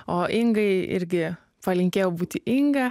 o ingai irgi palinkėjau būti inga